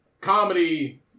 comedy